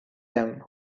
them